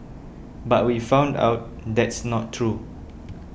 but we found out that's not true